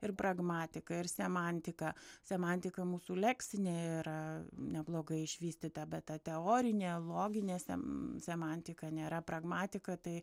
ir pragmatika ir semantika semantika mūsų leksinė yra neblogai išvystyta bet ta teorinė loginė sem semantika nėra pragmatika tai